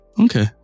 Okay